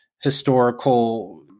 historical